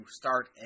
start